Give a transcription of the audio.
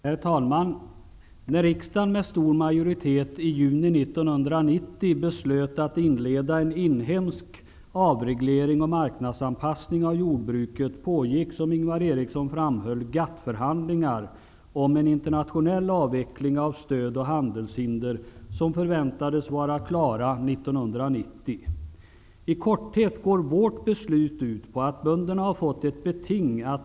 Herr talman! När riksdagen med stor majoritet i juni 1990 beslöt att inleda en inhemsk avreglering och marknadsanpassning av jordbruket, pågick GATT-förhandlingar, som Ingvar Eriksson framhöll, om en internationell avveckling av stöd och handelshinder. De förväntades vara klara 1990. I korthet går vårt beslut ut på att bönderna har fått ett beting.